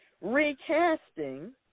recasting